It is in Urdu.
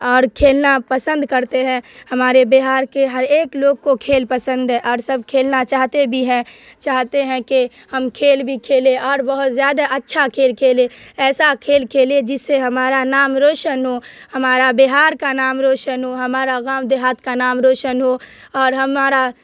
اور کھیلنا پسند کرتے ہیں ہمارے بہار کے ہر ایک لوگ کو کھیل پسند ہے اور سب کھیلنا چاہتے بھی ہیں چاہتے ہیں کہ ہم کھیل بھی کھیلے اور بہت زیادہ اچھا کھیل کھیلے ایسا کھیل کھیلے جس سے ہمارا نام روشن ہو ہمارا بہار کا نام روشن ہو ہمارا گاؤں دیہات کا نام روشن ہو اور ہمارا